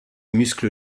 muscle